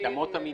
את אמות המידה.